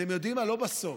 יודעים מה, לא בסוף,